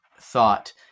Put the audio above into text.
thought